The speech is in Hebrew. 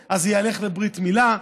אז זה ילך לברית מילה,